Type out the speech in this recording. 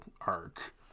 arc